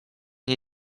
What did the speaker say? nie